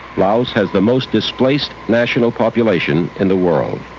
laos has the most displaced national population in the world.